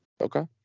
Okay